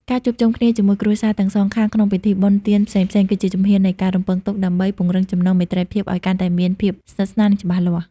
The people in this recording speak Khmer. ការជួបជុំគ្នាជាមួយគ្រួសារទាំងសងខាងក្នុងពិធីបុណ្យទានផ្សេងៗ គឺជាជំហាននៃការរំពឹងទុកដើម្បីពង្រឹងចំណងមេត្រីភាពឱ្យកាន់តែមានភាពស្និទ្ធស្នាល និងច្បាស់លាស់។